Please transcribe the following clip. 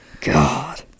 God